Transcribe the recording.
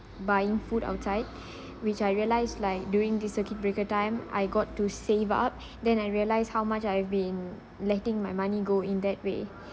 buying food outside which I realised like during this circuit breaker time I got to save up then I realised how much I have been letting my money go in that way